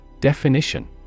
definition